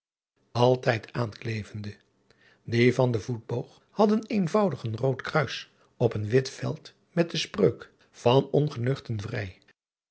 ltijd aankleevende ie van den oetboog hadden eenvoudig een rood kruis op een wit veld met de spreuk an ongeneugten vrij